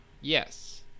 Yes